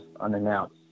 unannounced